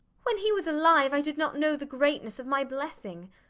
when he was alive i did not know the greatness of my blessing.